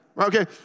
Okay